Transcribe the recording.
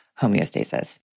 homeostasis